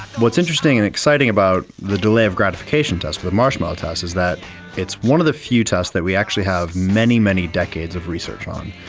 what's interesting and exciting about the delay of gratification test, but the marshmallow test is that it's one of the few tests that we have many, many decades of research on,